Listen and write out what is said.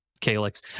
calyx